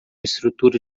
estrutura